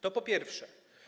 To po pierwsze.